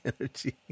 energy